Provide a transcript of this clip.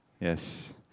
Yes